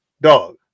dog